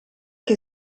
che